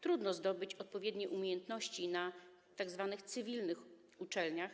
Trudno zdobyć odpowiednie umiejętności na tzw. cywilnych uczelniach.